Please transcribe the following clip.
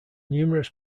numerous